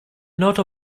noto